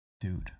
Dude